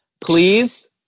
Please